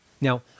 Now